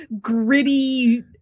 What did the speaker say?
gritty